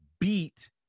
beat